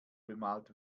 bemalt